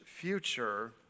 future